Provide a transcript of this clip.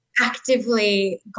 actively